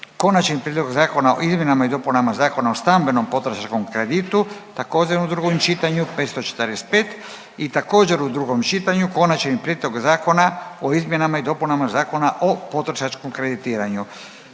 Konačni prijedlog Zakona o izmjenama i dopunama Zakona o stambenom potrošačkom kreditiranju, drugo čitanje, P.Z.E. br. 545; - Konačni prijedlog Zakona o izmjenama i dopunama Zakona o potrošačkom kreditiranju,